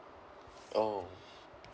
oh